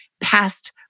past